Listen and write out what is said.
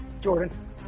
Jordan